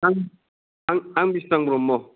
आं आं आं बिरस्रां ब्रह्म